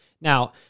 Now